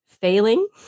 failing